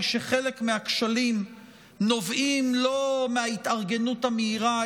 שחלק מהכשלים נובעים לא מההתארגנות המהירה,